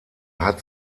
hat